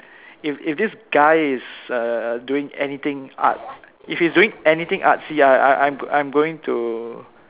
if if this guy is uh doing anything art if he's doing anything artsy ah I'm going to